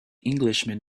englishman